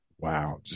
Wow